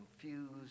confused